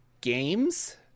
Games